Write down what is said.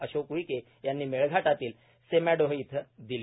अशोक उईके यांनी मेळघाटातील सेमाडोह इथं दिली